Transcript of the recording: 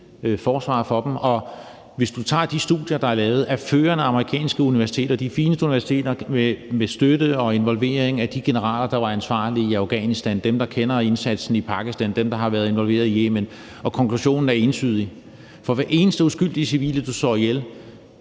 forsvar for dem. Hvis du tager de studier, der er lavet af førende amerikanske universiteter, de fineste universiteter og med støtte og involvering af de generaler, der var ansvarlige i Afghanistan, dem, der kender indsatsen i Pakistan, og dem, der har været involveret i Yemen, er konklusionen entydig. For hver eneste uskyldige civile, du slår ihjel,